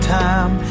time